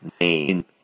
name